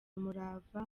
umurava